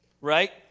right